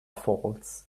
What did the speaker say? false